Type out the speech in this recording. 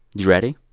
you ready?